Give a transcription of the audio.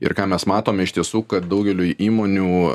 ir ką mes matom iš tiesų kad daugeliui įmonių